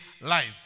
life